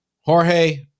Jorge